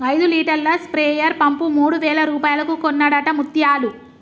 ఐదు లీటర్ల sprayer pump మూడు వేల రూపాయలకు కొన్నడట ముత్యాలు